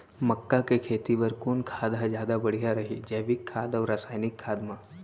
मक्का के खेती बर कोन खाद ह जादा बढ़िया रही, जैविक खाद अऊ रसायनिक खाद मा?